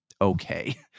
okay